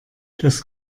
das